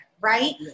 right